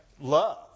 love